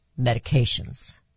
medications